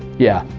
yeah,